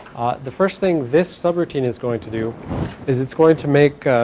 the first thing this sub routine is going to do is it's going to make ah.